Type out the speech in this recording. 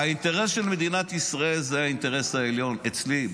האינטרס של מדינת ישראל הוא האינטרס העליון אצלי,